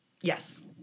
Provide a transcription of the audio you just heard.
Yes